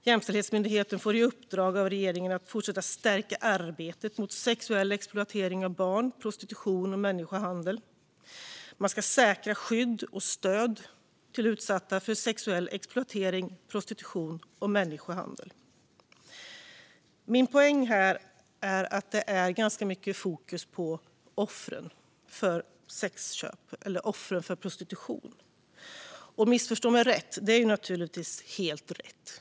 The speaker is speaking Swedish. Jämställdhetsmyndigheten får i uppdrag av regeringen att fortsätta stärka arbetet mot sexuell exploatering av barn, prostitution och människohandel. Man ska säkra skydd och stöd till utsatta för sexuell exploatering, prostitution och människohandel. Min poäng är att det är ganska mycket fokus på offren för prostitution. Missförstå mig rätt! Det är naturligtvis helt riktigt.